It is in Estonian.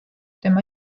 tema